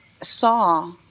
saw